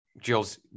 jill's